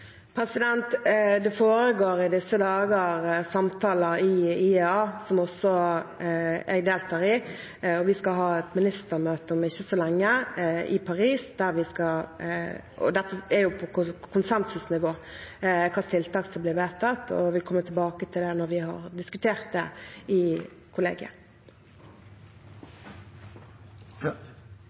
Det foregår i disse dager samtaler i IEA, som også jeg deltar i, og vi skal ha et ministermøte i Paris om ikke så lenge. Hvilke tiltak som blir vedtatt, er på konsensusnivå, og vi kommer tilbake til det når vi har diskutert det i